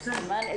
נעולה.